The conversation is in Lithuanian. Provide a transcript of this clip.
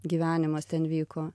gyvenimas ten vyko